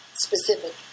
specific